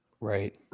Right